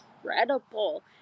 incredible